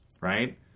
right